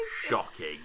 shocking